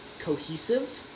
cohesive